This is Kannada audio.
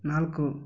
ನಾಲ್ಕು